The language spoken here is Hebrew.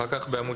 אחר כך, בעמוד